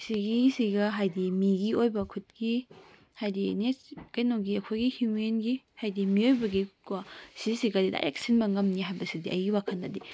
ꯁꯤꯒꯤꯁꯤꯒ ꯍꯥꯏꯗꯤ ꯃꯤꯒꯤ ꯑꯣꯏꯕ ꯈꯨꯠꯀꯤ ꯍꯥꯏꯗꯤ ꯅꯦꯛꯁ ꯀꯩꯅꯣꯒꯤ ꯑꯩꯈꯣꯏꯒꯤ ꯍꯨꯃꯦꯟꯒꯤ ꯍꯥꯏꯗꯤ ꯃꯤꯑꯣꯏꯕꯒꯤ ꯀꯣ ꯁꯤꯁꯤꯒꯗꯤ ꯗꯥꯏꯔꯦꯛ ꯁꯤꯟꯕ ꯉꯝꯅꯤ ꯍꯥꯏꯕꯁꯤꯗꯤ ꯑꯩꯒꯤ ꯋꯥꯈꯜꯗꯗꯤ